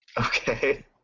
Okay